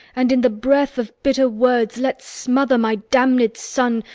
and in the breath of bitter words let's smother my damned son,